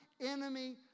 enemy